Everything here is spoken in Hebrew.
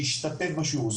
להשתתף בשיעור,